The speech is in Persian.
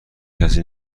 کسی